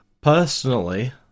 personally